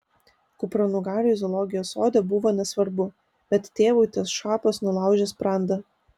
kupranugariui zoologijos sode buvo nesvarbu bet tėvui tas šapas sulaužė sprandą